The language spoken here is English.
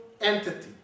entity